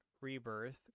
rebirth